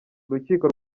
urukiko